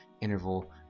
interval